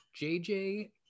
JJ